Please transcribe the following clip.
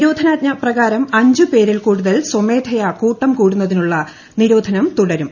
നിരോധനാജ്ഞ പ്രകാരം അഞ്ചുകൃപ്പേരിൽ കൂടുതൽ സ്വമേധയാ കൂട്ടം കൂടുന്നതിനുള്ള നിരോദ്ധനം തുടരും